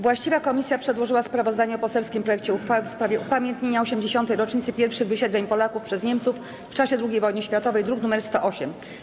Właściwa komisja przedłożyła sprawozdanie o poselskim projekcie uchwały w sprawie upamiętnienia 80. rocznicy pierwszych wysiedleń Polaków przez Niemców w czasie II wojny światowej, druk nr 108.